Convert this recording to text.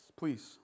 please